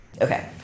Okay